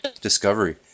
discovery